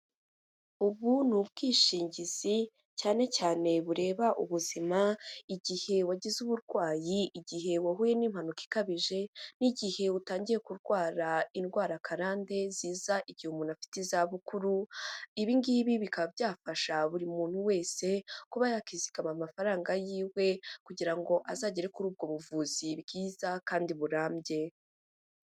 Ubu ni ubwishingizi cyane cyane bureba ubuzima igihe wagize uburwayi, igihe wahuye n'impanuka ikabije n'igihe utangiye kurwara indwara akarande ziza igihe umuntu afite izabukuru. Ibi ngibi bikaba byafasha buri muntu wese kuba yakizigama amafaranga yiwe, kugira ngo azagere kuri ubwo buvuzi bwiza kandi burambye.